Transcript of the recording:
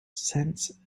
since